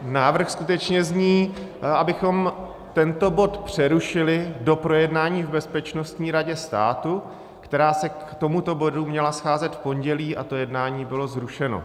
Návrh skutečně zní, abychom tento bod přerušili do projednání v Bezpečnostní radě státu, která se k tomuto bodu měla scházet v pondělí, a to jednání bylo zrušeno.